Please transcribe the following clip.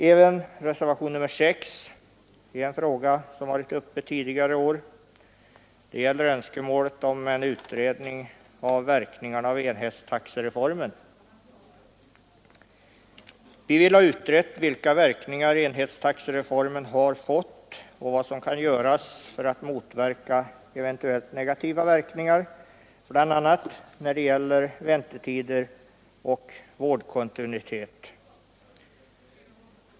Även reservationen 6 behandlar en fråga som varit uppe tidigare i år, och den gäller önskemålet om en utredning av verkningarna av enhetstaxereformen. Vi vill ha utrett vilka verkningar enhetstaxereformen har fått och vad som kan göras för att motverka eventuella negativa verkningar bl.a. när det gäller väntetider och vårdkontinuitet.